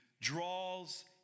draws